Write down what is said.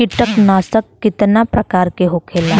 कीटनाशक कितना प्रकार के होखेला?